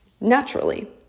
naturally